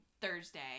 Thursday